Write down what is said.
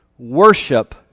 Worship